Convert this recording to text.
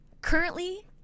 Currently